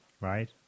Right